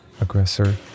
aggressor